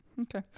Okay